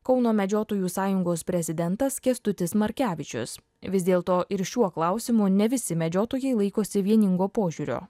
kauno medžiotojų sąjungos prezidentas kęstutis markevičius vis dėlto ir šiuo klausimu ne visi medžiotojai laikosi vieningo požiūrio